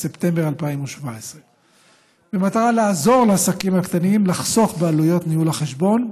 בספטמבר 2017. במטרה לעזור לעסקים הקטנים לחסוך בעלויות ניהול החשבון,